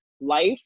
life